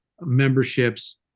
memberships